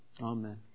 Amen